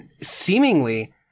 seemingly